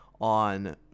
on